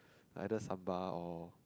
either sambal or